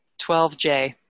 12J